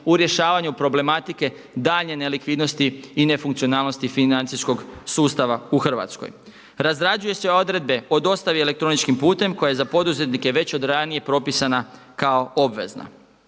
u rješavanju problematike daljnje nelikvidnosti i ne funkcionalnosti financijskog sustava u Hrvatskoj. Razrađuju se odredbe o dostavi elektroničkim putem koja je za poduzetnike već od ranije propisana kao obvezna.